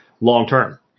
long-term